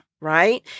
right